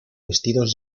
vestidos